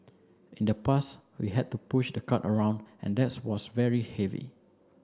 in the past we had to push the cart around and that was very heavy